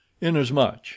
Inasmuch